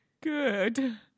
good